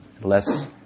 less